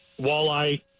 walleye